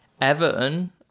Everton